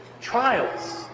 trials